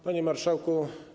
Panie Marszałku!